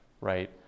right